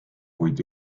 kuid